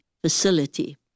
facility